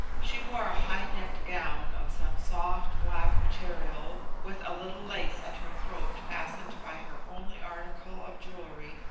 she wore a high-necked gown of some soft, black material, with a little lace at her throat fastened by her only article of jewellery,